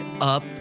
up